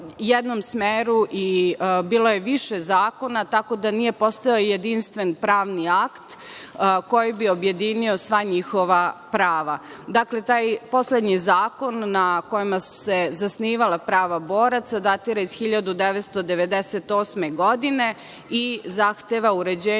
I bilo je više zakona, tako da nije postojao jedinstven pravni akt koji bi objedinio sva njihova prava. Dakle, taj poslednji zakon na kojima su se zasnivala prava boraca datira iz 1998. godine i zahteva uređenje